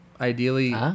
Ideally